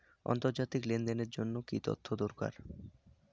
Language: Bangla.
আন্তর্জাতিক লেনদেনের জন্য কি কি তথ্য দরকার?